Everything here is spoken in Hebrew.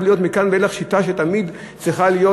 להיות מכאן ואילך שיטה שתמיד צריכה להיות,